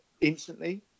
instantly